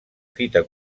fita